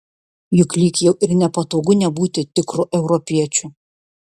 juk lyg jau ir nepatogu nebūti tikru europiečiu